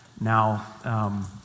Now